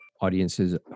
audiences